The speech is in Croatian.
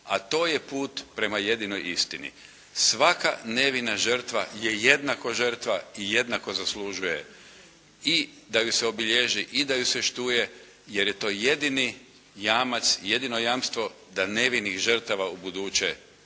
a to je put prema jedinoj istini. Svaka nevina žrtva je jednako žrtva i jednako zaslužuje i da ju se obilježi i da ju se štuje jer je to jedini jamac, jedino jamstvo da nevinih žrtava u buduće više